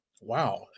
wow